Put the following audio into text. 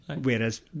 Whereas